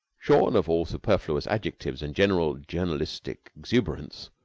shorn of all superfluous adjectives and general journalistic exuberance,